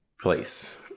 place